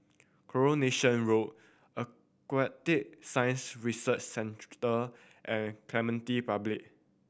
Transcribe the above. Coronation Road Aquatic Science Research Centre and Clementi Public